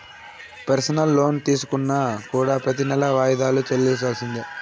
personal loan తీసుకున్నా కూడా ప్రెతి నెలా వాయిదాలు చెల్లించాల్సిందే